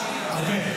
תודה רבה.